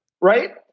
Right